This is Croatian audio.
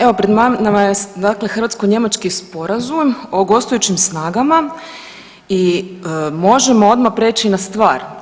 Evo pred nama je dakle Hrvatsko-njemački sporazum o gostujućim snagama i možemo odmah preći na stvar.